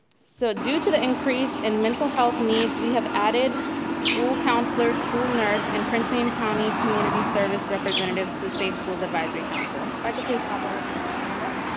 so due to the increase in mental health needs, we have added school counselors, school nurse, and prince william county community service representatives to the safe schools advisory council. if i could please have all the ah members stand up.